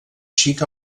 xic